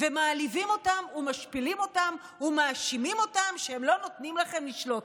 ומעליבים אותם ומשפילים אותם ומאשימים אותם שהם לא נותנים לכם לשלוט.